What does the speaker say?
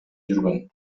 жүргөн